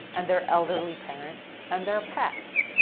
and their elderly parents, and their pets.